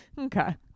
okay